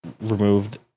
removed